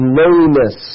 loneliness